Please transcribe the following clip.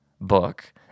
book